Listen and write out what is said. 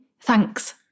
Thanks